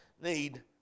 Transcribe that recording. need